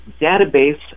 Database